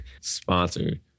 sponsored